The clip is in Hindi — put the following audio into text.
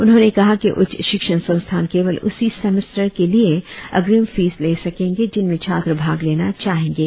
उन्होंने कहा कि उच्च शिक्षण संस्थान केवल उसी सेमेस्टर के लिए अग्रिम फीस ले सकेंगे जिनमें छात्र भाग लेना चाहेंगे